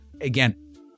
again